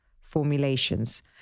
formulations